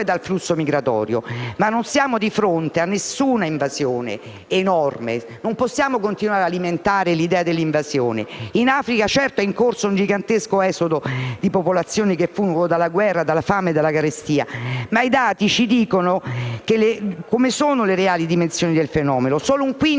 dal flusso migratorio. Ma non siamo di fronte a nessuna invasione enorme. Non possiamo continuare ad alimentare l'idea dell'invasione. In Africa, certo, è in corso un gigantesco esodo di popolazioni che fuggono dalla guerra, dalla fame e dalla carestia, ma i dati chiariscono le reali dimensioni del fenomeno: solo un quinto